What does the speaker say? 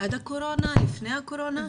עד קורונה, לפני הקורונה?